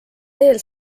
teel